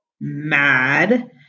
mad